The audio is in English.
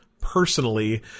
personally